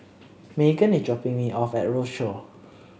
Meghann is dropping me off at Rochor